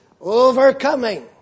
overcoming